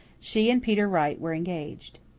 she and peter wright were engaged.